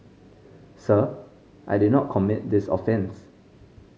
sir I did not commit this offence